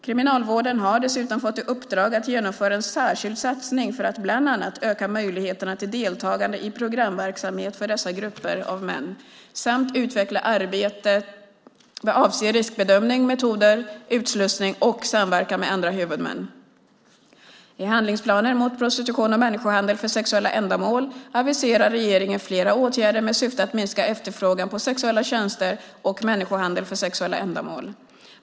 Kriminalvården har dessutom fått i uppdrag att genomföra en särskild satsning för att bland annat öka möjligheterna till deltagande i programverksamhet för dessa grupper av män samt utveckla arbetet vad avser riskbedömning, metoder, utslussning och samverkan med andra huvudmän. I handlingsplanen mot prostitution och människohandel för sexuella ändamål aviserar regeringen flera åtgärder med syfte att minska efterfrågan på sexuella tjänster och människohandel för sexuella ändamål.